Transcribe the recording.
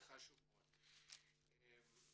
אנחנו